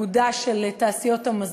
משרד הכלכלה, של איגוד תעשיות המזון,